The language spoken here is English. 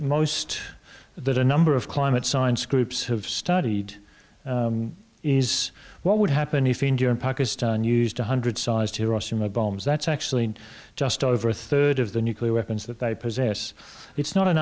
most that a number of climate science groups have studied is what would happen if india and pakistan used one hundred sized hiroshima bombs that's actually just over a third of the nuclear weapons that they possess it's not an